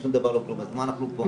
אז בשביל מה אנחנו פה?